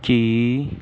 ਕੀ